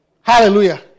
Hallelujah